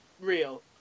Real